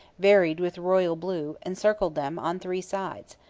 varied with royal blue, encircled them on three sides.